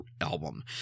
album